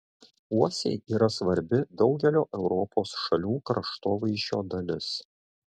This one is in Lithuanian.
uosiai yra svarbi daugelio europos šalių kraštovaizdžio dalis